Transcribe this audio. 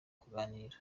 kuganira